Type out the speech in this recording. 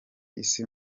isi